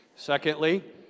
Secondly